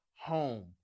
home